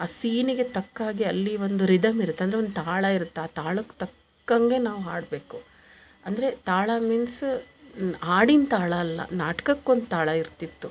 ಆ ಸೀನಿಗೆ ತಕ್ಹಾಗೆ ಅಲ್ಲಿ ಒಂದು ರಿದಮ್ ಇರತ್ತೆ ಅಂದರೆ ತಾಳ ಇರತ್ತು ಆ ತಾಳಕ್ಕೆ ತಕ್ಕಂಗೆ ನಾವು ಹಾಡಬೇಕು ಅಂದರೆ ತಾಳ ಮೀನ್ಸ್ ಹಾಡಿನ್ ತಾಳ ಅಲ್ಲ ನಾಟ್ಕಕ್ಕೊಂದು ತಾಳ ಇರ್ತಿತ್ತು